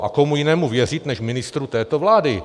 A komu jiném uvěřit než ministru této vlády?